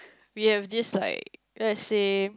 we have this like let's say